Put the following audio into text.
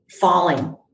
falling